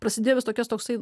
prasidėjo visoks toksai